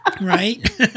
Right